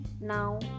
now